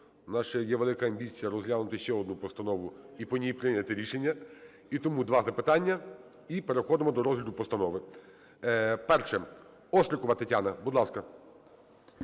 ще є велика амбіція розглянути ще одну постанову і по ній прийняти рішення. І тому два запитання - і переходимо до розгляду постанови. Перше – Острікова Тетяна, будь ласка.